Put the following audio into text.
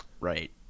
right